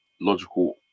logical